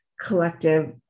Collective